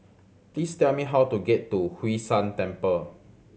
please tell me how to get to Hwee San Temple